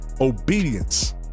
obedience